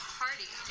party